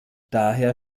daher